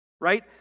right